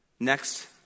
Next